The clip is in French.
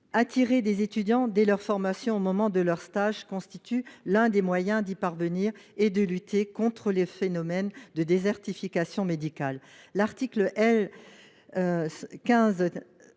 Attirer des étudiants dès leur formation, au moment de leur stage, constitue l’un des moyens d’y parvenir et de lutter contre les phénomènes de désertification médicale. L’article L.